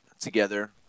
together